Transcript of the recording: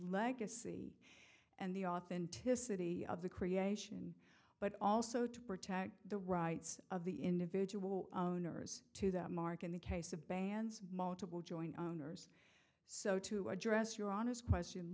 legacy and the authenticity of the creation but also to protect the rights of the individual owners to that mark in the case of bands multiple joint owners so to address your honest question